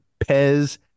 pez